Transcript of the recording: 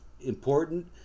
important